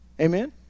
Amen